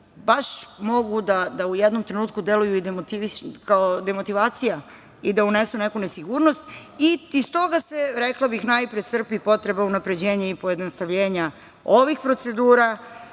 baš mogu da u jednom trenutku deluju i demotivišući i da unesu neku nesigurnost i iz toga se, rekla bih, najpre crpi potreba unapređenja i pojednostavljenja ovih procedura,